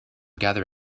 gather